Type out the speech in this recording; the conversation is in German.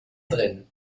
drin